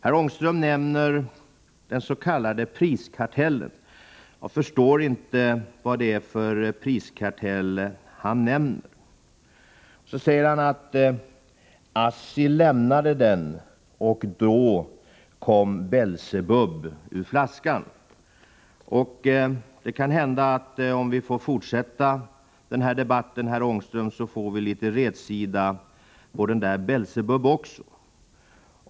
Herr Ångström nämner den s.k. priskartellen. Jag förstår inte vad det är för priskartell han nämner. Han säger att ASSI lämnade kartellen, och då kom Belsebub ur flaskan. Om vi får fortsätta denna debatt, kanske vi kan få litet rätsida på denne Belsebub.